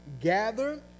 gather